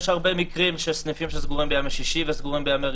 יש הרבה מקרים של סניפים שסגורים בימי שישי וראשון,